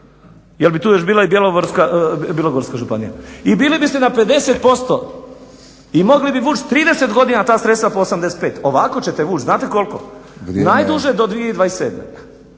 jer bi tu još bila i Bjelovarsko-bilogorska županija i bili biste na 50% i mogli bi vući 30 godina ta sredstva po 85, ovako ćete vući znate koliko, najduže do 2027.